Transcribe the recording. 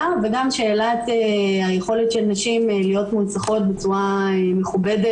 וגם שאלת יכולת של נשים להיות מונצחות בצור המכובדת,